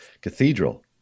Cathedral